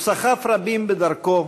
הוא סחף רבים בדרכו,